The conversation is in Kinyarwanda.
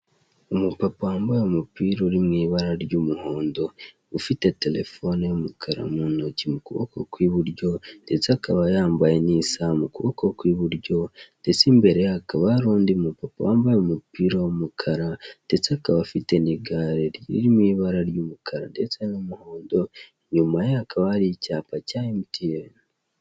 Umupapa wambaye umupira uri mu ibara ry'umuhondo, ufite telefone y'umukara mu kuboko kw'iburyo ndetse akaba yambaye n'isaha mu kuboko kw'iburyo ndetse imbere ye hakaba hari undi mupapa wambaye umupira w'umukara ndetse akaba afite n'igare riri mu ibara ry'umukara ndetse n'umuhondo, inyuma ye hakaba hari icyapa cya emutiyeni.